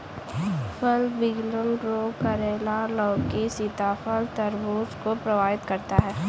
फल विगलन रोग करेला, लौकी, सीताफल, तरबूज को प्रभावित करता है